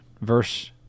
verse